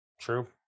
True